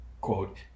quote